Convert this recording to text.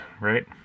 right